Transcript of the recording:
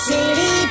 City